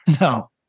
no